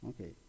Okay